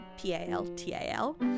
P-A-L-T-A-L